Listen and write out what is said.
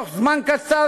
בתוך זמן קצר,